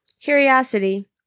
Curiosity